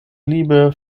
liebe